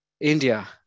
India